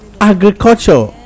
agriculture